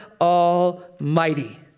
Almighty